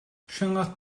rhyngot